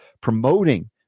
promoting